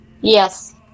Yes